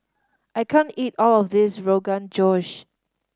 I can't eat all of this Rogan Josh